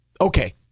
okay